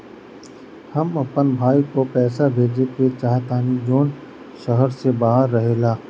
हम अपन भाई को पैसा भेजे के चाहतानी जौन शहर से बाहर रहेला